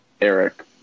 Eric